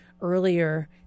earlier